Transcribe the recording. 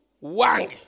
Wang